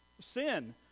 sin